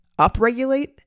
upregulate